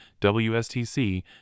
WSTC